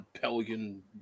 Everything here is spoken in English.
Pelican